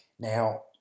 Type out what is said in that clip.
Now